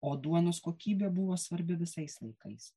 o duonos kokybė buvo svarbi visais laikais